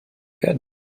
good